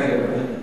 רגע.